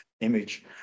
image